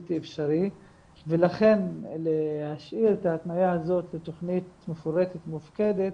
בלתי אפשרי ולכן להשאיר את ההתניה הזאת לתכנית מפורטת מופקדת